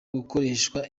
gukoreshwa